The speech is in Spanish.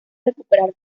recuperar